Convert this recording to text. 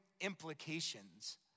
implications